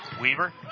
Weaver